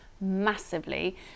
massively